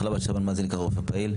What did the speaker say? בהתחלה מה זה נקרא רופא פעיל?